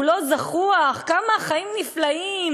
כולו זחוח: כמה החיים נפלאים,